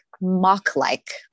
mock-like